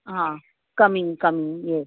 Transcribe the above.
હા coming coming yes